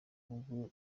ubwo